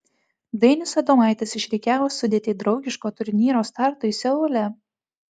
dainius adomaitis išrikiavo sudėtį draugiško turnyro startui seule